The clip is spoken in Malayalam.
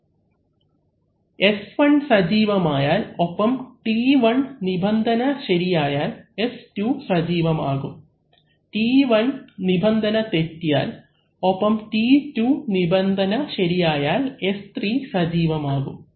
അവലംബിക്കുന്ന സ്ലൈഡ് സമയം 1035 S1 സജീവമായാൽ ഒപ്പം T1 നിബന്ധന ശരിയായാൽ S2 സജീവം ആകും T1 നിബന്ധന തെറ്റിയാൽ ഒപ്പം T2 നിബന്ധന ശരിയായാൽ S3 സജീവം ആകും